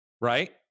right